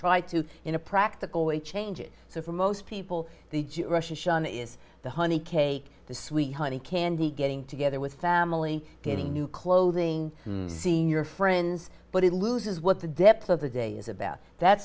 try to in a practical way change it so for most people the russian is the honey cake the sweet honey candy getting together with family getting new clothing seen your friends but it loses what the depth of the day is about that